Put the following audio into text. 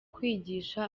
kwigisha